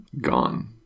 gone